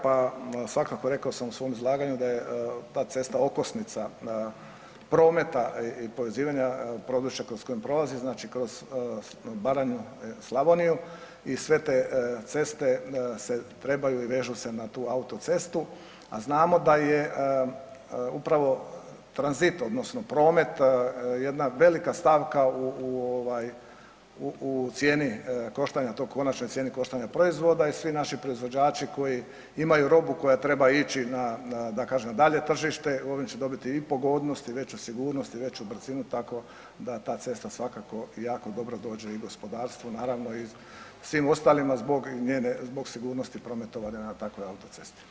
Pa svakako rekao sam u svom izlaganju da je ta cesta okosnica prometa i povezivanja područja kroz koje prolazi, znači kroz Baranju i Slavoniju i sve te ceste se trebaju i vežu se na tu autocestu, a znamo da je upravo tranzit odnosno promet jedna velika stavka u cijeni koštanja tog, konačnoj cijeni koštanja proizvoda i svi naši proizvođači koji imaju robu koja treba ići na da kažem dalje tržište ovim će dobiti i pogodnost, i veću sigurnost, i veću brzinu tako da ta cesta svakako jako dobro dođe i gospodarstvu naravno i svim ostalim zbog sigurnosti prometovanja na takvoj autocesti.